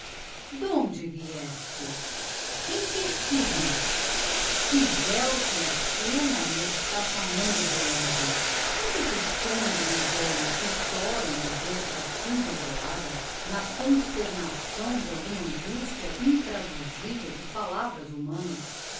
d'onde vieste em que scismas que véo te acena e está chamando de longe porque te escondes dos olhos que choram de vêr te assim desolada na consternação de uma angustia intraduzivel por palavras humanas